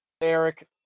Eric